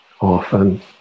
often